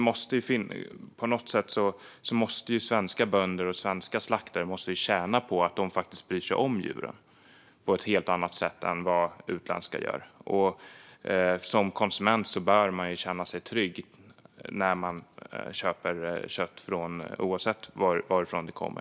På något sätt måste svenska bönder och svenska slaktare tjäna på att de faktiskt bryr sig om djuren på ett helt annat sätt än vad utländska bönder och slaktare gör. Och som konsument bör man känna sig trygg när man köper kött, oavsett varifrån det kommer.